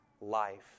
life